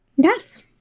Yes